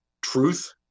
truth